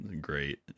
great